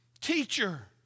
teacher